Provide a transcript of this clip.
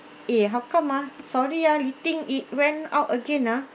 eh how come ah sorry ah I think it went out again ah